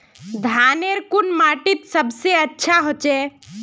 धानेर कुन माटित सबसे अच्छा होचे?